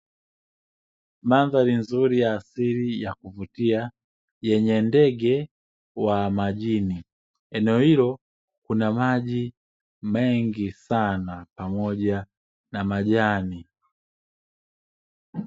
Mandhari nzuri ya asili ya kuvutia, yenye ndege wa majini. Eneo hilo kuna maji mengi sana pamoja na majani.